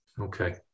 Okay